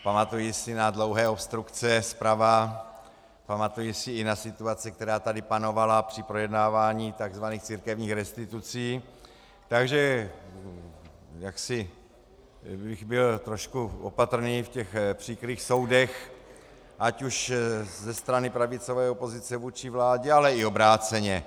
Pamatuji si na dlouhé obstrukce zprava, pamatuji si i na situaci, která tady panovala při projednávání tzv. církevních restitucí, takže bych byl trošku opatrný v těch příkrých soudech ať už ze strany pravicové opozice vůči vládě, ale i obráceně.